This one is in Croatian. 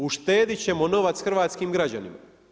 Uštedit ćemo novac hrvatskim građanima.